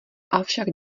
avšak